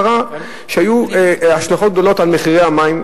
קרה שהיו השלכות גדולות על מחירי המים,